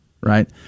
right